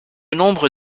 nombre